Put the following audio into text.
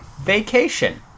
vacation